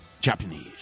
Japanese